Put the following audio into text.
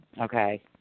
okay